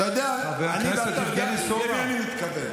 אני ואתה יודעים למי אני מתכוון.